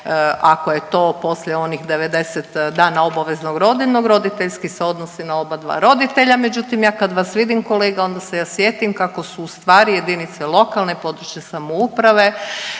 ako je to poslije onih 90 dana obaveznog rodiljnog roditeljski se odnosi na obadva roditelja, međutim ja kad vas vidim kolega onda se ja sjetim kako su ustvari jedinice lokalne i područne samouprave